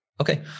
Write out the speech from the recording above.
Okay